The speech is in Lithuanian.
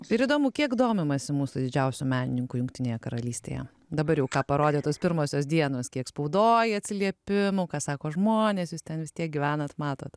ir įdomu kiek domimasi mūsų didžiausių menininkų jungtinėje karalystėje dabar jau ką parodė tos pirmosios dienos kiek spaudoj atsiliepimų ką sako žmonės jūs ten vis tiek gyvenat matot